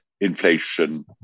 inflation